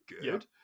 good